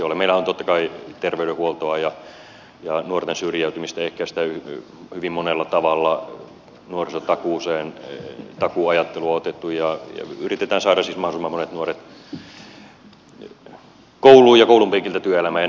meillähän on totta kai terveydenhuoltoa ja nuorten syrjäytymistä ehkäistään hyvin monella tavalla nuorisotakuuajattelu otettu ja yritetään saada siis mahdollisimman monet nuoret kouluun ja koulunpenkiltä työelämään ja näin